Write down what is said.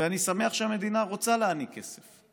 ואני שמח שהמדינה רוצה להעניק כסף,